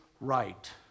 right